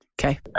Okay